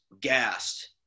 gassed